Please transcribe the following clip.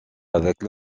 avec